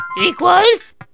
equals